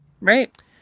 right